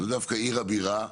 זו דווקא עיר הבירה,